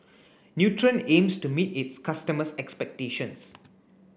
Nutren aims to meet its customers' expectations